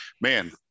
man